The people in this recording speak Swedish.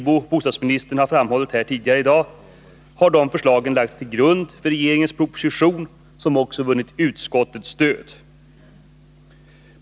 Som bostadsministern har framhållit tidigare i dag har dessa förslag lagts till grund för regeringens proposition, och de har också vunnit utskottets stöd.